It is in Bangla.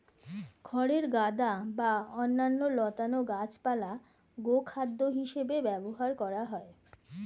খড়ের গাদা বা অন্যান্য লতানো গাছপালা গোখাদ্য হিসেবে ব্যবহার করা হয়